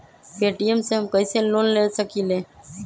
Paytm से हम कईसे लोन ले सकीले?